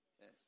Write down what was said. Yes